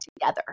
together